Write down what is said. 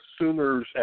Sooners